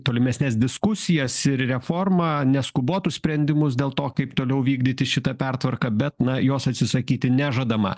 tolimesnes diskusijas ir reformą neskubotus sprendimus dėl to kaip toliau vykdyti šitą pertvarką bet na jos atsisakyti nežadama